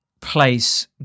place